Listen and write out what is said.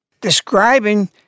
Describing